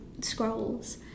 scrolls